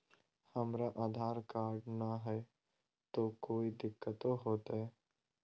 हमरा आधार कार्ड न हय, तो कोइ दिकतो हो तय?